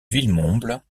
villemomble